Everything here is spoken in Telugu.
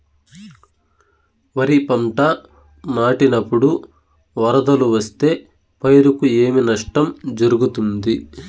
వరిపంట నాటినపుడు వరదలు వస్తే పైరుకు ఏమి నష్టం జరుగుతుంది?